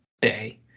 day